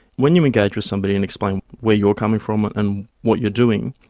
when you engage with somebody and explain where you are coming from and what you are doing,